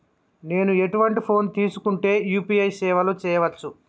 నేను ఎటువంటి ఫోన్ తీసుకుంటే యూ.పీ.ఐ సేవలు చేయవచ్చు?